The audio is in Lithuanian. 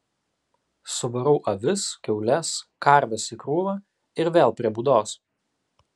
suvarau avis kiaules karves į krūvą ir vėl prie būdos